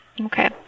Okay